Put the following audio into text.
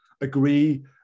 agree